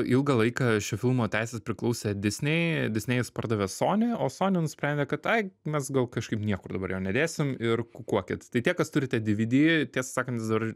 ilgą laiką šio filmo teisės priklausė disney disnėjus pardavė sony o sony nusprendė kad ai mes gal kažkaip niekur dabar jo nedėsim ir kukuokit tai tie kas turite dividi tiesą sakant vis dar